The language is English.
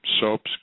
soaps